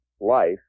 life